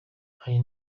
hari